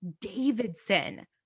Davidson